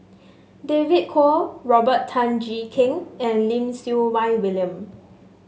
David Kwo Robert Tan Jee Keng and Lim Siew Wai William